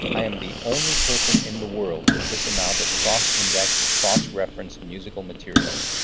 i am the only person in the world with this amount of cross-indexed, cross-referenced musical material.